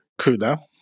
Kuda